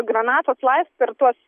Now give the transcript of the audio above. granatos laif startuos